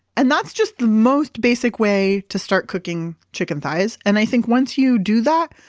and that's just the most basic way to start cooking chicken thighs. and i think once you do that,